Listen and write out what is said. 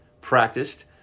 practiced